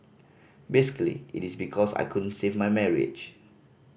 basically it is because I couldn't save my marriage